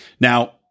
Now